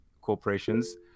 corporations